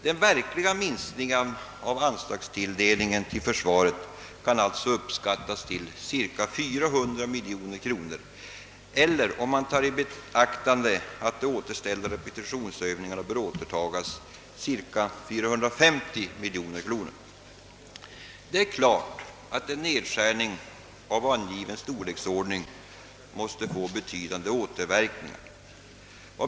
Den verkliga minskningen av anslagstilldelningen till försvaret kan alltså uppskattas till cirka 400 miljoner kronor eller, om man tar i beaktande att de inställda repetitionsövningarna bör återtagas, cirka 450 miljoner kronor. Det är klart att en nedskärning av angiven storleksordning måste få betydande återverkningar.